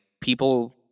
people